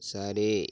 சரி